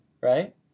right